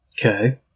Okay